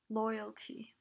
loyalty